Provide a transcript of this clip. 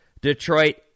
Detroit